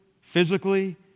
physically